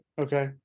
okay